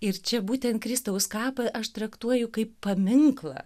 ir čia būtent kristaus kapą aš traktuoju kaip paminklą